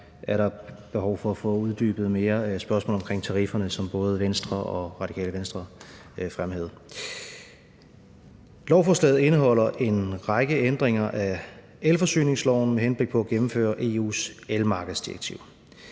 rejst, behov for at få uddybet spørgsmålet om tarifferne, som både Venstre og Radikale Venstre fremhævede. Lovforslaget indeholder en række ændringer af elforsyningsloven med henblik på at gennemføre EU's elmarkedsdirektiv.